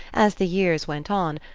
as the years went on,